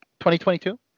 2022